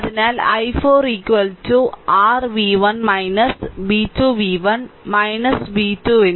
അതിനാൽ i4 r v1 v2 v1 v2 ന് 6 ന്